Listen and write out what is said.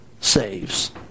saves